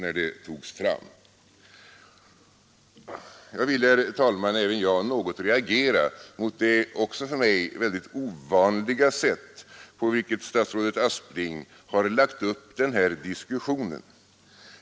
Även jag, herr talman, vill något reagera mot det för mig mycket ovanliga sätt på vilket statsrådet Aspling har lagt upp den här diskussionen.